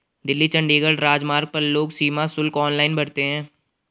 दिल्ली चंडीगढ़ राजमार्ग पर लोग सीमा शुल्क ऑनलाइन भरते हैं